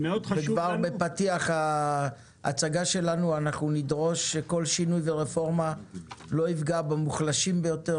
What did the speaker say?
כבר בפתיח ההצגה שלנו נדרוש שכל שינוי ורפורמה לא יפגעו במוחלשים ביותר,